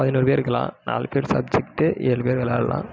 பதினோரு பேர் இருக்கலாம் நாலு பேர் சப்ஜெக்ட்டு ஏழு பேர் வெளாடலாம்